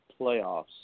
playoffs